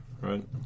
right